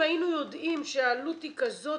אם היינו יודעים שהעלות היא כזו,